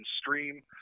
stream